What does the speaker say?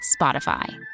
Spotify